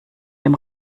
dem